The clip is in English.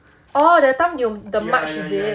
orh that time you the march is it